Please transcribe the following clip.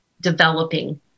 developing